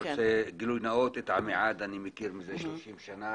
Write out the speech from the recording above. גילוי נאות את עמיעד אני מכיר מזה 30 שנה,